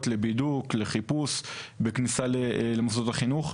לבידוק ולחיפוש בכניסה למוסדות החינוך,